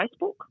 Facebook